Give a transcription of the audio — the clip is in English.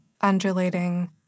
undulating